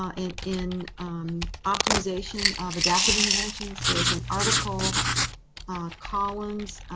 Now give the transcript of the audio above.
um in in optimization of adaptive interventions, there is an article collins,